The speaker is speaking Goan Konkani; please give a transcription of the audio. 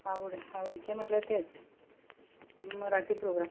आवड आवडीचे म्हणल्यार तेंच मराठी प्रोग्राम